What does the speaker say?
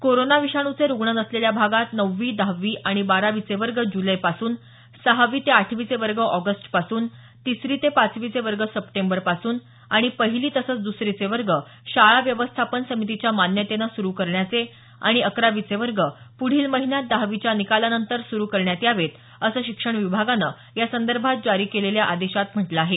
corona विषाण़चे रुग्ण नसलेल्या भागात नववी दहावी आणि बारावीचे वर्ग जुलैपासून सहावी ते आठवीचे वर्ग ऑगस्टपासून तिसरी ते पाचवीचे वर्ग सप्टेंबरपासून आणि पहिली तसंच द्सरीचे वर्ग शाळा व्यवस्थापन समितीच्या मान्यतेनं सुरू करण्याचे आणि अकरावीचे वर्ग पुढील महिन्यात दहावीच्या निकालानंतर सुरु करण्यात यावेत असं शिक्षण विभागानं यासंदर्भात जारी केलेल्या आदेशात म्हटलं आहे